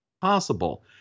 possible